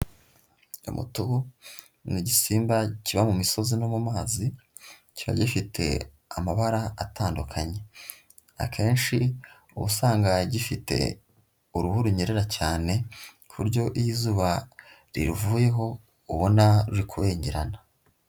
Umutubu ni igisimba kiba mu misozi no mu mazi, kiba gifite amabara atandukanye, akenshi uba usanga gifite uruhu runyerera cyane ku buryo iyo izuba riruvuyeho ubona ruri kubengerana.